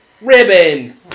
ribbon